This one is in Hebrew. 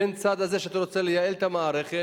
בין הצד הזה שאתה רוצה לייעל את המערכת,